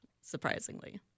Surprisingly